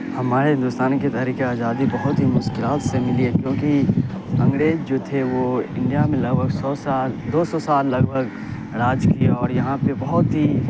ہمارے ہندوستان کی تحریک آزادی بہت ہی مشکلات سے ملی ہے کیوںکہ انگریز جو تھے وہ انڈیا میں لگ بھگ سو سال دو سو سال لگ بھگ راج کیے اور یہاں پہ بہت ہی